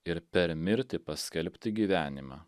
ir per mirtį paskelbti gyvenimą